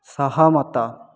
ସହମତ